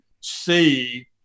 see